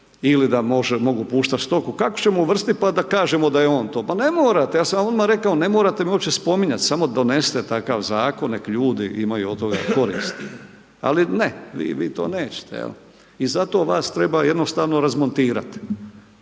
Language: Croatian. ili da mogu puštat stoku, kako ćemo uvrstit pa da kažemo da je on to? Pa ne morate, ja sam vam odmah rekao ne morate me opće spominjati, samo donesite takav Zakon, nek' ljudi imaju od toga koristi, ali ne, vi to nećete, jel. I zato vas treba jednostavno razmontirati.